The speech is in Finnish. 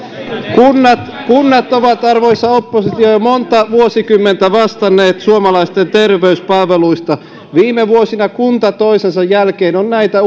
kunnat kunnat ovat arvoisa oppositio jo monta vuosikymmentä vastanneet suomalaisten terveyspalveluista viime vuosina kunta toisensa jälkeen on näitä